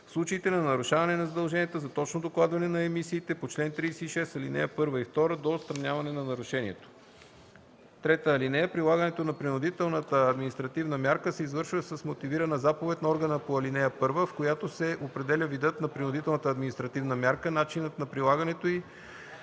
случаите на нарушаване на задълженията за точно докладване на емисиите по чл. 36, aл. 1 и 2 до отстраняване на нарушението. (3) Прилагането на принудителната административна мярка се извършва с мотивирана заповед на органа по ал. 1, в която се определя видът на принудителната административна мярка, начинът на прилагането й